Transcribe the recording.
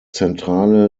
zentrale